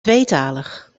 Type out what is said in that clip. tweetalig